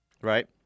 Right